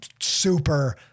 super